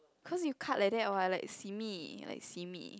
cause you cut like that !wah! like simi like simi